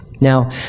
now